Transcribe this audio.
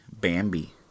Bambi